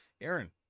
Aaron